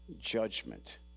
judgment